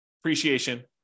appreciation